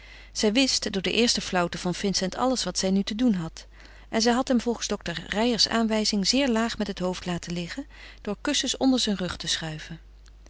zij wist door de eerste flauwte van vincent alles wat zij nu te doen had en zij had hem volgens dokter reijers aanwijzing zeer laag met het hoofd laten liggen door kussens onder zijn rug te schuiven